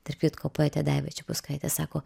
tarp kitko poetė daiva čepauskaitė sako